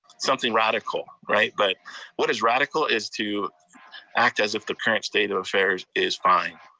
something radical, right? but what is radical is to act as if the current state of affairs is fine.